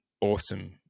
awesome